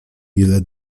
ile